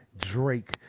Drake